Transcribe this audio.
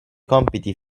compiti